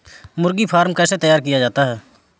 मुर्गी फार्म कैसे तैयार किया जाता है?